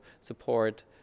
support